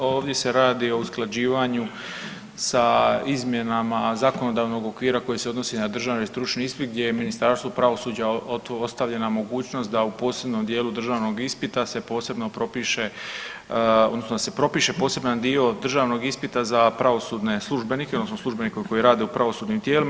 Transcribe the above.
Dakle, ovdje se radi o usklađivanju sa izmjenama zakonodavnog okvira koji se odnosi na državni stručni ispit gdje je Ministarstvo pravosuđa ostavljena mogućnost da u posebnom dijelu državnog ispita se posebno propiše odnosno da se propiše poseban dio državnog ispita za pravosudne službenike odnosno za službenike koji rade u pravosudnim tijelima.